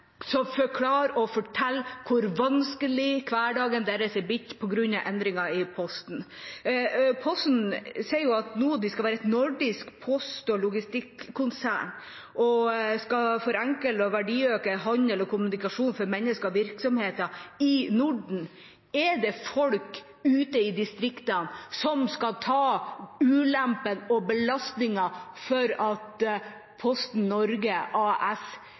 som forklarer og forteller hvor vanskelig hverdagen deres er blitt på grunn av endringer i Posten. Posten sier nå at de skal være et nordisk post- og logistikkonsern, og at de skal forenkle og verdiøke handel og kommunikasjon for mennesker og virksomheter i Norden. Er det folk ute i distriktene som skal ta ulempene og belastningene fordi Posten Norge AS